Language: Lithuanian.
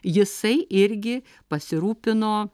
jisai irgi pasirūpino